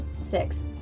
Six